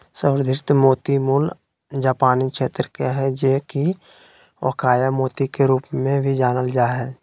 संवर्धित मोती मूल जापानी क्षेत्र के हइ जे कि अकोया मोती के रूप में भी जानल जा हइ